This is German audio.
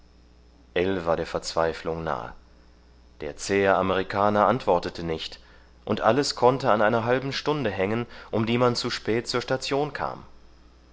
war der verzweiflung nahe der zähe amerikaner antwortete nicht und alles konnte an einer halben stunde hängen um die man zu spät zur station kam